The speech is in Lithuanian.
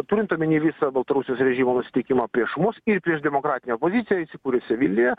turint omeny visą baltarusijos režimo nusiteikimą prieš mus ir prieš demokratinę opoziciją įsikūrusią vilniuje